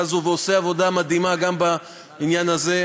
הזאת ועושה עבודה מדהימה גם בעניין הזה,